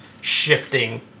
shifting